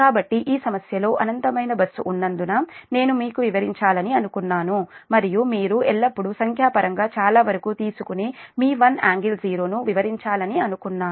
కాబట్టి ఈ సమస్యలో అనంతమైన బస్సు ఉన్నందున నేను మీకు వివరించాలని అనుకున్నాను మరియు మీరు ఎల్లప్పుడూ సంఖ్యాపరంగా చాలా వరకు తీసుకునే మీ 1∟0 ను వివరించాలని అనుకున్నాను